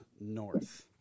north